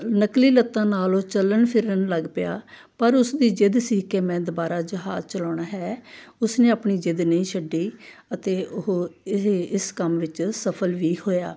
ਨਕਲੀ ਲੱਤਾਂ ਨਾਲ ਉਹ ਚੱਲਣ ਫਿਰਨ ਲੱਗ ਪਿਆ ਪਰ ਉਸ ਦੀ ਜ਼ਿੱਦ ਸੀ ਕਿ ਮੈਂ ਦੁਬਾਰਾ ਜਹਾਜ਼ ਚਲਾਉਣਾ ਹੈ ਉਸਨੇ ਆਪਣੀ ਜ਼ਿੱਦ ਨਹੀਂ ਛੱਡੀ ਅਤੇ ਉਹ ਇਹ ਇਸ ਕੰਮ ਵਿੱਚ ਸਫਲ ਵੀ ਹੋਇਆ